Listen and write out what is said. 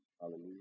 hallelujah